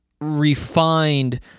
refined